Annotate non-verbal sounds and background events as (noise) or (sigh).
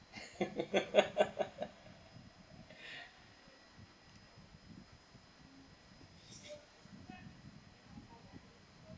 (laughs)